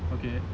okay